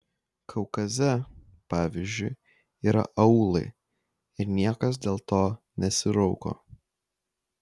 kaukaze pavyzdžiui yra aūlai ir niekas dėl to nesirauko